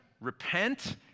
Repent